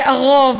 והרוב,